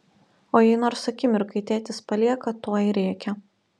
o jei nors akimirkai tėtis palieka tuoj rėkia